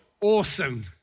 awesome